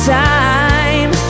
time